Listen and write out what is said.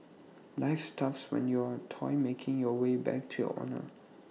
life's tough when you're A toy making your way back to your owner